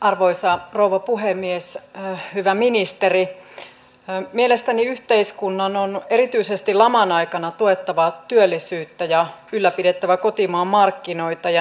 puolustuskyvyn kannalta olennaista on paitsi varusmiesten ja reservin määrä myös heidän saamansa koulutuksen kesto ja sen taso